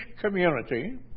community